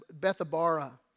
Bethabara